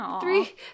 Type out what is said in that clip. three